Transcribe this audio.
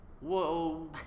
Whoa